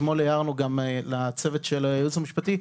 אתמול הערנו גם לצוות של הייעוץ המשפטי.